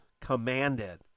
commanded